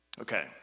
okay